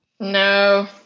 No